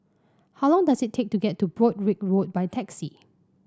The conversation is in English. how long does it take to get to Broadrick Road by taxi